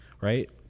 right